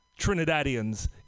Trinidadians